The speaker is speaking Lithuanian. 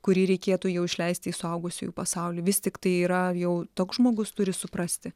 kurį reikėtų jau išleisti į suaugusiųjų pasaulį vis tiktai yra jau toks žmogus turi suprasti